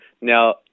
Now